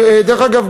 דרך אגב,